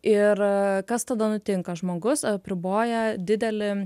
ir kas tada nutinka žmogus apriboja didelį